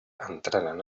entraren